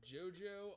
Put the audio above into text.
JoJo